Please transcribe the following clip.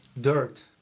dirt